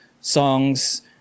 songs